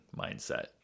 mindset